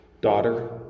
Daughter